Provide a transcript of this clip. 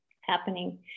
happening